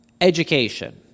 education